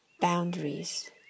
boundaries